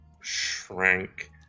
shrank